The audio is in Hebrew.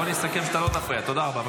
בוא נסכם שאתה לא תפריע, תודה רבה.